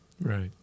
Right